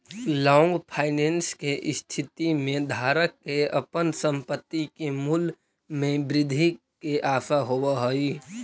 long finance के स्थिति में धारक के अपन संपत्ति के मूल्य में वृद्धि के आशा होवऽ हई